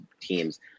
teams